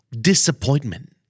Disappointment